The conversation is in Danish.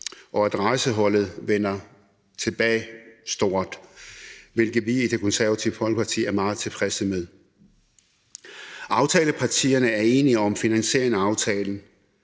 og at rejseholdet vender tilbage – stort – hvilket vi i Det Konservative Folkeparti er meget tilfredse med. Aftalepartierne er enige om finansieringen af aftalen.